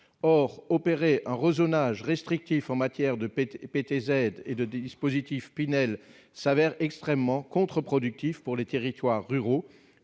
alors opérer un réseau nage restrictif en matière de paix PTZ et de dispositif Pinel s'avère extrêmement contre-productif pour les territoires ruraux